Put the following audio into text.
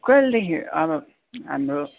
कहिलेदेखि अब हाम्रो